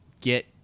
get